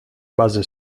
base